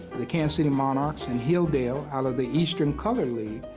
the kansas city monarchs and hilldale, out of the eastern colored league,